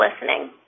listening